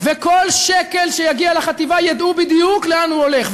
וכל שקל שיגיע לחטיבה, ידעו בדיוק לאן הוא הולך.